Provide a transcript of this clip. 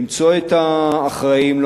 למצוא את האחראים לו.